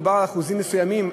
מדובר על אחוזים מסוימים,